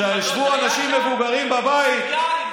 כשישבו אנשים מבוגרים בבית סיגרים,